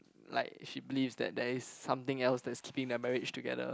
like she believes that there is something else that keeping the marriage together